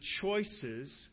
choices